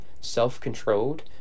Self-controlled